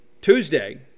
Tuesday